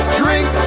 drink